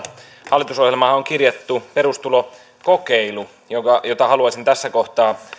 hallitusohjelmaan on kirjattu perustulokokeilu jota jota haluaisin tässä kohtaa